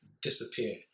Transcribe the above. disappear